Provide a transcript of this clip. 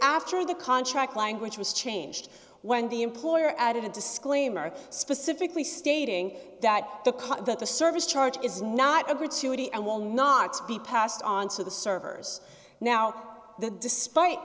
after the contract language was changed when the employer added a disclaimer specifically stating that the cot that the service charge is not a gratuity and will not be passed on to the servers now that despite